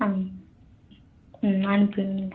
ஆ ம் அனுப்பி விடுங்க